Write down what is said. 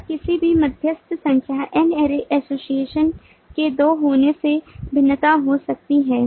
और किसी भी मध्यस्थ संख्या N ary एसोसिएशन के दो होने से भिन्नता हो सकती है